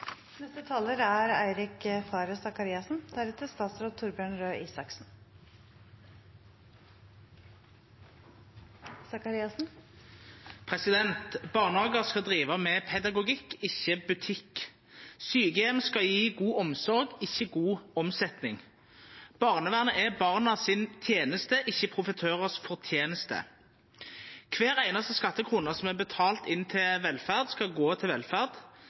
Barnehagar skal driva med pedagogikk, ikkje butikk. Sjukeheimar skal gje god omsorg, ikkje god omsetning. Barnevernet er barna si teneste, ikkje profitørar si forteneste. Kvar einaste skattekrone som er betalt inn til velferd, skal gå til velferd